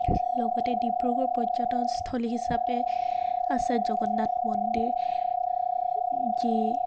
লগতে ডিব্ৰুগড় পৰ্যটনস্থলী হিচাপে আছে জগন্নাথ মন্দিৰ যি